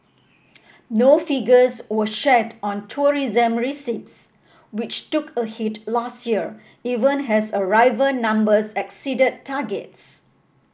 no figures were shared on tourism receipts which took a hit last year even has arrival numbers exceeded targets